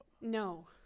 No